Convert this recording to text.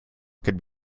could